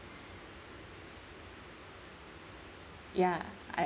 ya I